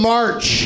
March